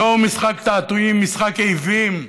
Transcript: זהו משחק תעתועים, משחק עוועים,